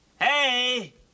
Hey